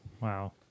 Wow